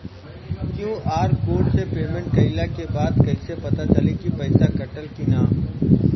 QR code से payment कईला के बाद कईसे पता चली की पैसा कटल की ना?